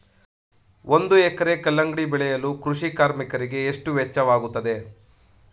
ಒಂದು ಎಕರೆ ಕಲ್ಲಂಗಡಿ ಬೆಳೆಯಲು ಕೃಷಿ ಕಾರ್ಮಿಕರಿಗೆ ಎಷ್ಟು ವೆಚ್ಚವಾಗುತ್ತದೆ?